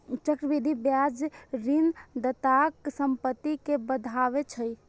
चक्रवृद्धि ब्याज ऋणदाताक संपत्ति कें बढ़ाबै छै